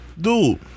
Dude